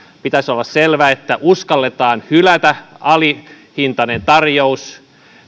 pitäisi olla selvää että uskalletaan hylätä alihintainen tarjous